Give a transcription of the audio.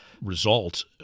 result